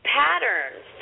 patterns